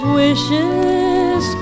wishes